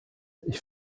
ich